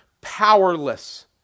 powerless